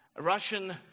Russian